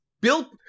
Bill